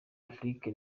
africa